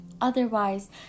Otherwise